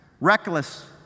reckless